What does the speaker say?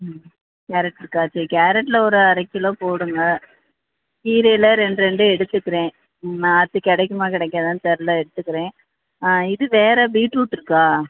ம் கேரட்டிருக்கா சரி கேரட்டில் ஒரு அரை கிலோ போடுங்க கீரையில் ரெண்டு ரெண்டு எடுத்துக்கிறேன் ம் அடுத்து கிடைக்குமா கிடைக்காதான்னு தெரில எடுத்துக்கிறேன் ஆ இது வேறு பீட்ருட் இருக்கா